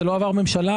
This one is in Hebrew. זה לא עבר את הממשלה.